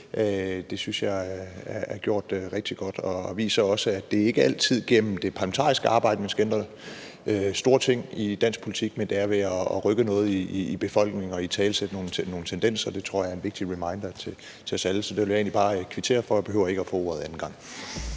Det synes jeg han har gjort rigtig godt, og det viser også, at det ikke altid er igennem det parlamentariske arbejde, at man skal ændre store ting i dansk politik, men ved at rykke noget i befolkningen og italesætte nogle tendenser. Det tror jeg er en vigtig reminder til os alle sammen, så det vil jeg egentlig bare kvittere for, og jeg behøver ikke at få ordet anden gang.